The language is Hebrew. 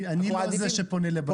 אני לא זה שפונה לבג"ץ.